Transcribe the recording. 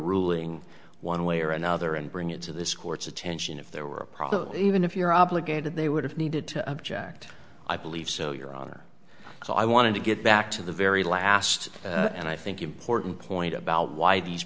ruling one way or another and bring it to this court's attention if there were a problem even if you're obligated they would have needed to object i believe so your honor so i wanted to get back to the very last and i think important point about why these